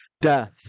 death